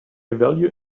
value